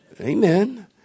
Amen